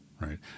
right